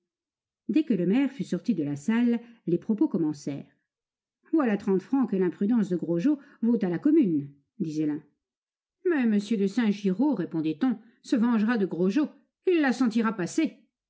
dès que le maire fut sorti de la salle les propos commencèrent voilà trente francs que l'imprudence de grogeot vaut à la commune disait l'un mais m de saint giraud répondait-on se vengera de grogeot il la sentira passer